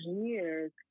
years